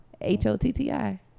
H-O-T-T-I